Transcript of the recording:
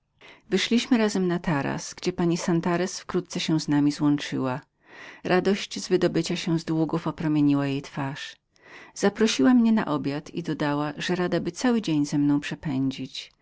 wyszliśmy razem na taras gdzie pani santarez wkrótce się z nami złączyła radość z wydobycia się z długów opromieniła jej twarz zaprosiła mnie na obiad i dodała że radaby cały dzień ze mną